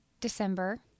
December